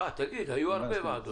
אה, תגיד, היו הרבה ועדות.